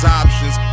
options